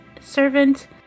servant